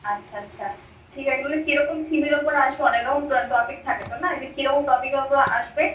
আচ্ছা আচ্ছা ঠিক আছে মানে কেরকম থিমের ওপরে আসবে অনেক রকম তো টপিক থাকবে তো না যে কিরকম টপিকের ওপর আসবে